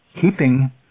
keeping